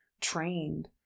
trained